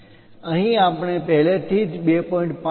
અહીં આપણે પહેલેથી જ 2